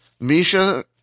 Misha